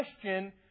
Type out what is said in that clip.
question